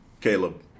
Caleb